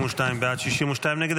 52 בעד, 62 נגד.